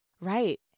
Right